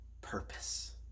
purpose